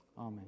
Amen